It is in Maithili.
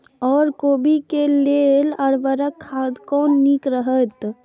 ओर कोबी के लेल उर्वरक खाद कोन नीक रहैत?